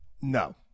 No